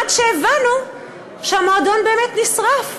עד שהבנו שהמועדון באמת נשרף,